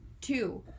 Two